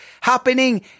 happening